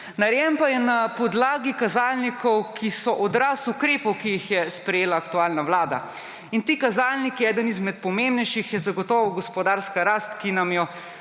Narejen pa je na podlagi kazalnikov, ki so odraz ukrepov, ki jih je sprejela aktualna vlada. Ti kazalniki, eden izmed pomembnejših je zagotovo gospodarska rast, ki nam jo